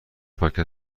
پاکت